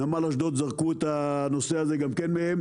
נמל אשדוד זרקו את הנושא הזה מהם,